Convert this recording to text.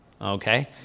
Okay